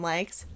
Likes